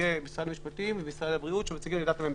משרד המשפטים ומשרד הבריאות שמציגים את עמדת הממשלה.